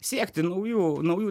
siekti naujų naujų